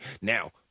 Now